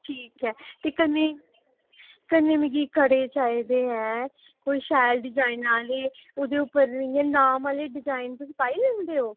ठीक ऐ ते कन्ने कन्ने मिगी कड़े चाहिदे ऐ कोई शैल डिजाइना आहले ओह्द उप्पर इयां नाम आहले डिजाइन तुस पाई दिंदे ओ